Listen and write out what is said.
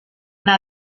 una